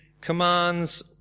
commands